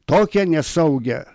tokią nesaugią